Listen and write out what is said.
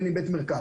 בין אם בית מרקחת,